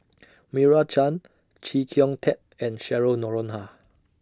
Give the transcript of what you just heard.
Meira Chand Chee Kong Tet and Cheryl Noronha